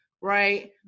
right